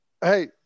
Hey